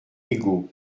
égaux